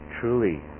truly